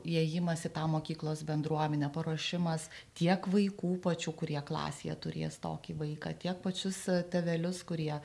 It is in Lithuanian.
įėjimas į tą mokyklos bendruomenę paruošimas tiek vaikų pačių kurie klasėje turės tokį vaiką tiek pačius tėvelius kurie